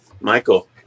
Michael